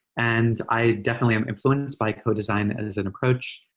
and i definitely am influenced by co-design as an approach.